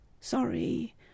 Sorry